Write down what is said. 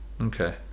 okay